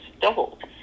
doubled